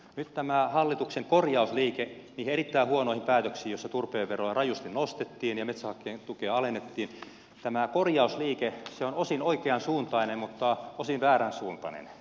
nyt tämä hallituksen korjausliike liittyen niihin erittäin huonoihin päätöksiin joissa turpeen veroa rajusti nostettiin ja metsähakkeen tukea alennettiin on osin oikeansuuntainen mutta osin vääränsuuntainen